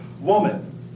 woman